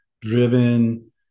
driven